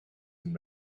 and